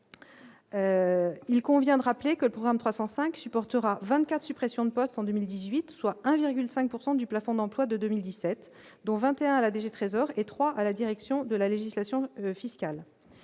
Il convient de rappeler que programme 305 supportera 24 suppressions de postes en 2018 soit 1,5 pourcent du plafond d'emplois de 2017 dont 21 à la DG Trésor 3 à la direction de la législation fiscale.